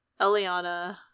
Eliana